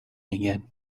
again